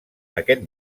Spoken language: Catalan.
aquest